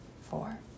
four